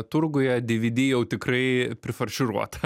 turguje dividi jau tikrai prifarširuota